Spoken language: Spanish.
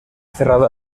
cerrado